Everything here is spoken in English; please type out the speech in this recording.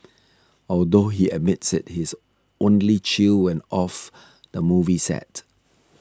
although he admits he is only chill when off the movie set